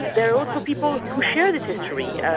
there are also people who share this history. yeah